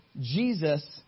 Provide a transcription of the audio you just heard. Jesus